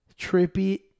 Trippy